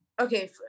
Okay